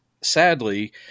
sadly